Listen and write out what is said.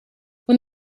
when